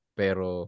pero